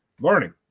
learning